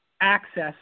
access